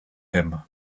him